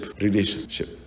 relationship